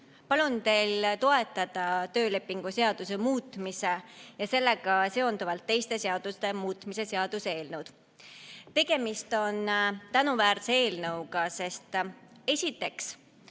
Palun teil toetada töölepingu seaduse muutmise ja sellega seonduvalt teiste seaduste muutmise seaduse eelnõu. Tegemist on tänuväärse eelnõuga, sest esiteks